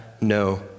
no